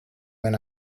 when